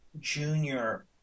junior